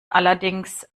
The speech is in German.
allerdings